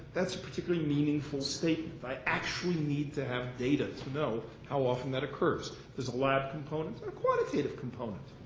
that's a particularly meaningful statement. i actually need to have data to know how often that occurs. there's a lab component or a quantitative component.